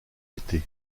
été